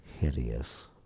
hideous